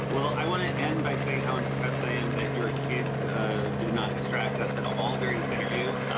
well, i want to end by saying how impressed i am that your kids did not distract us at all during this interview.